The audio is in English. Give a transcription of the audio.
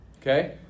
Okay